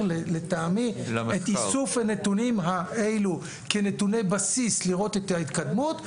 לטעמי את איסוף הנתונים האלו כנתוני בסיס לראות את ההתקדמות.